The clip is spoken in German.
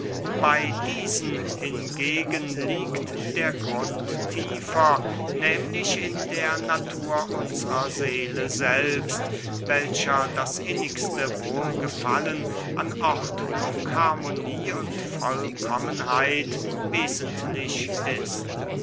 bey diesen hingegen liegt der grund tiefer nehmlich in der natur unsrer seele selbst welcher das innigste wohlgefallen an ordnung harmonie und vollkommenheit wesentlich ist